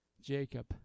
Jacob